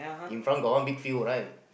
in front got one big field right